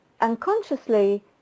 unconsciously